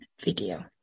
video